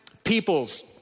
peoples